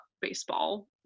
baseball